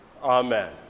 Amen